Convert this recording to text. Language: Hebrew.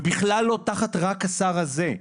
ובכלל לא תחת רק השר הזה,